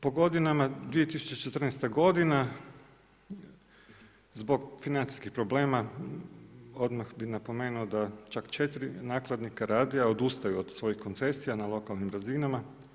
Po godinama 2014. godina zbog financijskih problema odmah bi napomenuo da čak četiri nakladnika radija odustaju od svojih koncesija na lokalnim razinama.